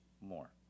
more